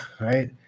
Right